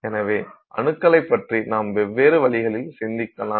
எனவே அணுக்களைப் பற்றி நாம் வெவ்வேறு வழிகளில் சிந்திக்கலாம்